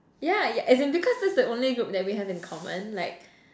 yeah yeah as in because that's the only group that we have in common like